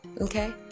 Okay